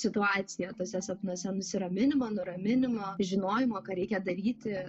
situacija tuose sapnuose nusiraminimo nuraminimo žinojimo ką reikia daryti